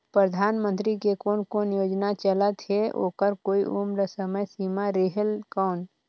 परधानमंतरी के कोन कोन योजना चलत हे ओकर कोई उम्र समय सीमा रेहेल कौन?